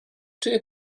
czyje